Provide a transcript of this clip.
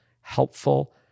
helpful